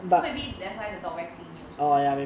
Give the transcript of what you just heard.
so maybe that's why the dog very clingy also